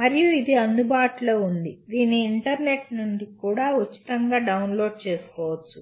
మరియు ఇది అందుబాటులో ఉంది దీన్ని ఇంటర్నెట్ నుండి ఉచితంగా డౌన్లోడ్ చేసుకోవచ్చు